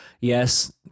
yes